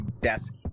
desk